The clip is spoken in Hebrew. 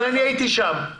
אני הייתי שם.